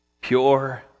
Pure